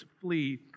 flee